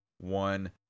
one